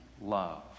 love